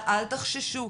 אל תחששו,